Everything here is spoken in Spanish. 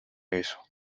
eso